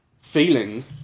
feeling